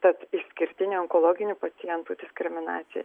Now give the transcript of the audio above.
tad išskirtinė onkologinių pacientų diskriminacija